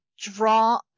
draw